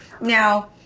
Now